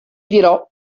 dirò